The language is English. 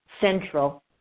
central